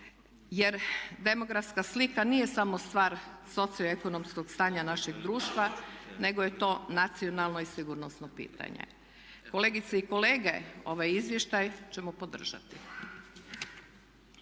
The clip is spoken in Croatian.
Jer demografska slika nije samo stvar socioekonomskog stanja našeg društva, nego je to nacionalno i sigurnosno pitanje. Kolegice i kolege, ovaj izvještaj ćemo podržati.